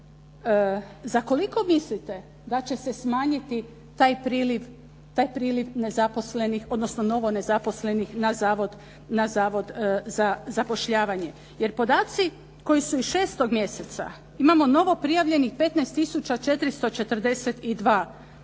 za koliko mislite da će se smanjiti taj priliv nezaposlenih, odnosno novo nezaposlenih na Zavod za zapošljavanje. Jer podaci koji su iz 6. mjeseca. Imamo novoprijavljenih 15 tisuća